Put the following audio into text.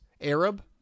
Arab